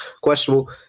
questionable